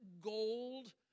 gold